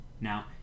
Now